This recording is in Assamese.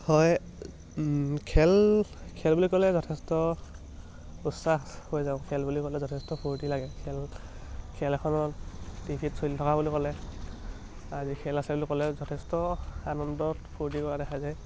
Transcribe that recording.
হয় খেল খেল বুলি ক'লে যথেষ্ট উৎসাহ হৈ যাওঁ খেল বুলি ক'লে যথেষ্ট ফূৰ্তি লাগে খেল খেল এখনত টিভি ত চলি থকা বুলি ক'লে আজি খেল আছে বুলি ক'লে যথেষ্ট আনন্দত ফূৰ্তি কৰা দেখা যায়